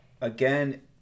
Again